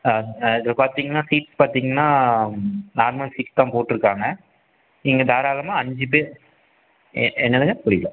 இதில் பார்த்திங்கன்னா சீட்ஸ் பார்த்திங்கன்னா நார்மல் சீட் தான் போட்டுருக்காங்க நீங்கள் தாராளமாக அஞ்சு பேர் என்னதுங்க புரியல